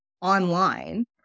online